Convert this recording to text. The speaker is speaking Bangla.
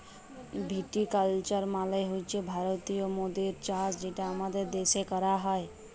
ভিটি কালচার মালে হছে ভারতীয় মদের চাষ যেটা আমাদের দ্যাশে ক্যরা হ্যয়